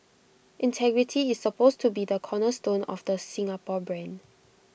integrity is supposed to be the cornerstone of the Singapore brand